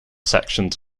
sections